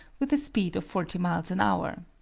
with a speed of forty miles an hour.